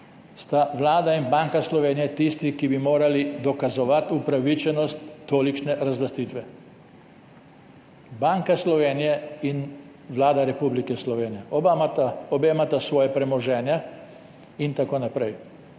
sta Vlada in Banka Slovenije tisti, ki bi morali dokazovati upravičenost tolikšne razlastitve. Banka Slovenije in Vlada Republike Slovenije imata svoje premoženje in tako naprej,